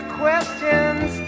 questions